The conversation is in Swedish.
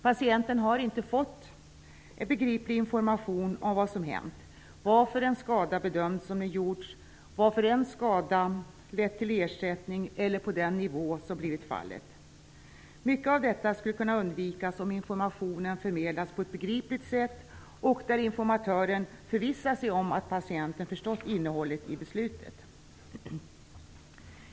Patienter har inte fått begriplig information om vad som hänt, om varför en skada har bedömts så som skett eller om varför en skada lett till ersättning på den nivå som blivit fallet. Mycket av detta skulle ha kunnat undvikas om informationen förmedlats på ett begripligt sätt och om informatören förvissat sig om att patienten förstått innehållet i beslutet.